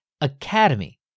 Academy